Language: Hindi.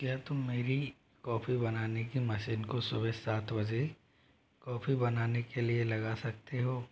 क्या तुम मेरी कॉफी बनाने की मसीन को सुबह सात बजे कॉफी बनाने के लिए लगा सकते हो